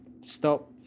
stop